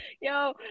Yo